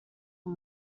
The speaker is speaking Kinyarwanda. uwo